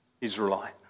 Israelite